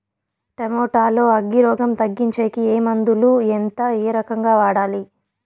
Tomato లో అగ్గి రోగం తగ్గించేకి ఏ మందులు? ఎంత? ఏ రకంగా వాడాలి?